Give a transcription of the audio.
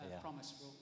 promise